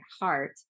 heart